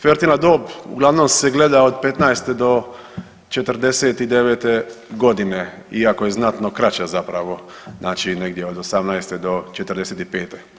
Fertilna dob uglavnom se gleda od 15 do 49 godine, iako je znatno kraća zapravo, znači negdje od 18 do 45.